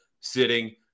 sitting